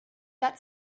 that